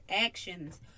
actions